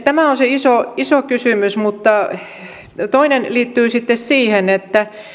tämä on se iso iso kysymys toinen kysymys liittyy sitten siihen että